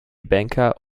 banker